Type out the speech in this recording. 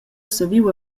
saviu